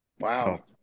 Wow